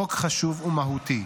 חוק חשוב ומהותי.